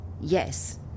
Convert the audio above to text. Yes